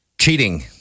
cheating